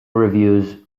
reviews